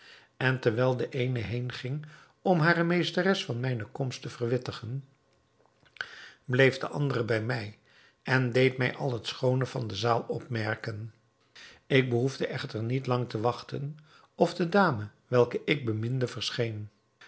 en terwijl de eene heen ging om hare meesteres van mijne komst te verwittigen bleef de andere bij mij en deed mij al het schoone van de zaal opmerken ik behoefde echter niet lang te wachten of de dame welke ik beminde verscheen